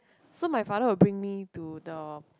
so my father will bring me to the